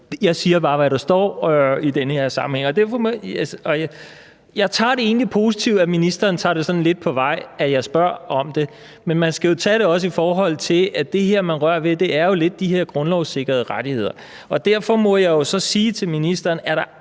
Jeg siger bare, hvad der står i den her sammenhæng. Og jeg opfatter det egentlig positivt, at ministeren tager sådan lidt på vej over, at jeg spørger om det. Men man skal også se på det, i forhold til at det, man rører ved, jo er de grundlovssikrede rettigheder, og derfor må jeg spørge ministeren: